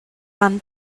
man